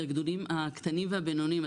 הארגונים הקטנים והבינוניים.